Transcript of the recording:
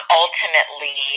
ultimately